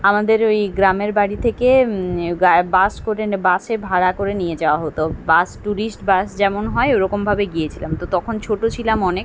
আমাদের ওই গ্রামের বাড়ি থেকে বাস করে নে বাসে ভাড়া করে নিয়ে যাওয়া হতো বাস টুরিস্ট বাস যেমন হয় ওরকমভাবে গিয়েছিলাম তো তখন ছোটো ছিলাম অনেক